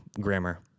grammar